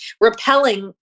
repelling